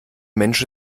mensch